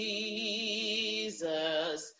Jesus